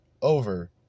Over